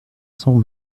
cent